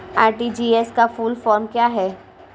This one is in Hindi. आर.टी.जी.एस का फुल फॉर्म क्या है?